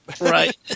Right